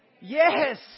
Yes